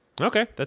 Okay